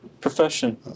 profession